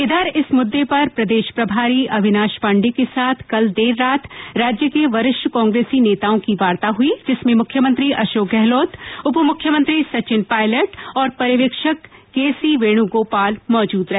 इधर इस मुद्दे पर प्रदेश प्रभारी अविनाश पाण्डे के साथ कल देर रात राज्य के वरिष्ठ कांग्रेसी नेताओं की वार्ता हुई जिसमें मुख्यमंत्री अशोक गहलोत उप मुख्यमंत्री सचिन पायलट और पर्यवेक्षक के सी वेणुगोपाल मौजूद रहे